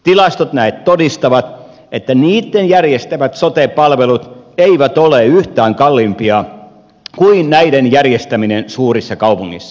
tilastot näet todistavat että niitten järjestämät sote palvelut eivät ole yhtään kalliimpia kuin näiden järjestäminen suurissa kaupungeissa